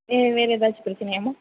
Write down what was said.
வே வேறு ஏதாச்சும் பிரச்சனையாம்மா